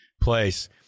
place